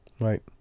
Right